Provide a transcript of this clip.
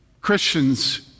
Christians